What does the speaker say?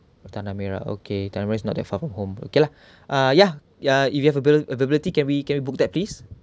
oh Tanah Merah okay Tanah Merah is not that far from home okay lah ah ya ya if you have availa~ availability can we can we book that please